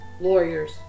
Lawyers